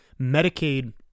Medicaid